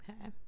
okay